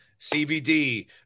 CBD